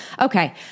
Okay